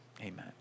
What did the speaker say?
Amen